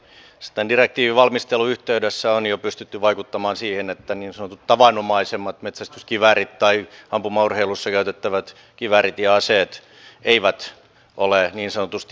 sen direktiivin valmistelun yhteydessä on jo pystytty vaikuttamaan siihen että niin sanotut tavanomaisemmat metsästyskiväärit tai ampumaurheilussa käytettävät kiväärit ja aseet eivät ole niin sanotusti maalitauluna tässä